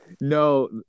No